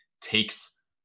takes